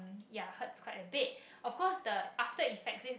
ya hurts quite a bit of course the after effect is